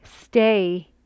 stay